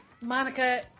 Monica